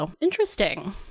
interesting